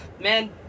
man